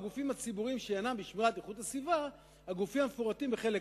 'הגופים הציבוריים שעניינם בשמירת איכות הסביבה' הגופים המפורטים בחלק